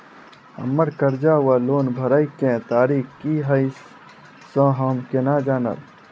हम्मर कर्जा वा लोन भरय केँ तारीख की हय सँ हम केना जानब?